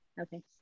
Okay